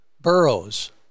Burrows